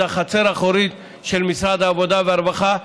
זו החצר האחורית של משרד העבודה והרווחה.